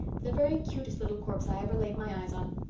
the very cutest little corpse i ever laid my eyes on.